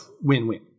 win-win